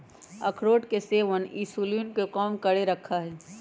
अखरोट के सेवन इंसुलिन के कम करके रखा हई